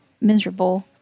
miserable